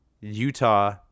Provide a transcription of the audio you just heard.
Utah